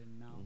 now